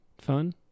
fun